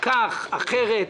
כך או אחרת,